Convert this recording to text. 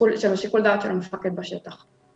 שיקול הדעת של המפקד בשטח.